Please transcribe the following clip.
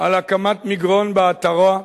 על הקמת מגרון באתרו,